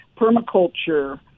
permaculture